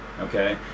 okay